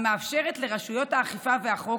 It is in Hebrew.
המאפשרת לרשויות האכיפה והחוק